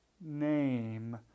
name